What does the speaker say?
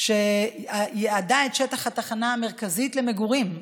שייעדה את שטח התחנה המרכזית למגורים,